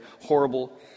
horrible